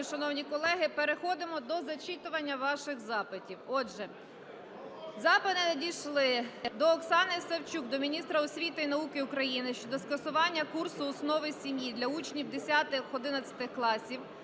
шановні колеги. Переходимо до зачитування ваших запитів. Отже, запити надійшли: Оксани Савчук до міністра освіти і науки України щодо скасування курсу "Основи сім'ї" для учнів 10-11-их класів,